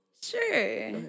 Sure